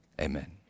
Amen